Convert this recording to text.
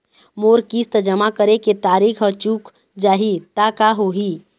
मोर किस्त जमा करे के तारीक हर चूक जाही ता का होही?